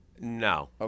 No